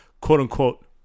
quote-unquote